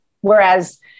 whereas